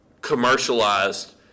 commercialized